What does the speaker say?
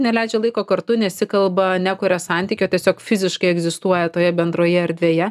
neleidžia laiko kartu nesikalba nekuria santykio tiesiog fiziškai egzistuoja toje bendroje erdvėje